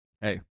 Hey